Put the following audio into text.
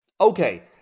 Okay